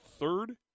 third